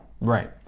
Right